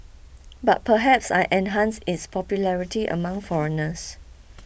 but perhaps I enhanced its popularity among foreigners